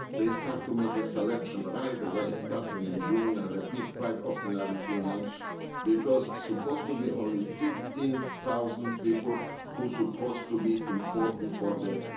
they start to make a selection right away. starting in june and repeated quite often every few months because supposed to be only fifteen thousand people who supposed to be important for the